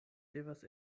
devas